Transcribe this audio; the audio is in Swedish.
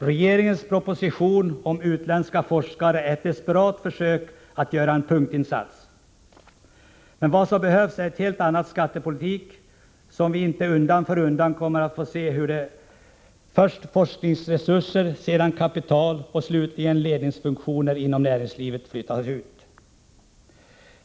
Regeringens proposition om utländska forskare är ett desperat försök att göra en punktinsats. Men vad som behövs är en helt annan skattepolitik, om vi inte undan för undan skall få se hur först forskningsresurser, sedan kapital och slutligen ledningsfunktioner inom näringslivet flyttas ut.